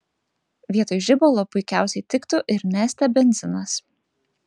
vietoj žibalo puikiausiai tiktų ir neste benzinas